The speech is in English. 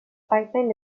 pipeline